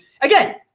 Again